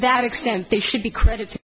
that extent they should be credit